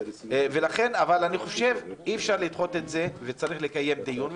אבל אי אפשר לדחות את זה וצריך לקיים דיון.